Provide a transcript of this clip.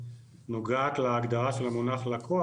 נוגעת על ההגדרה של המונח "לקוח",